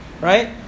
right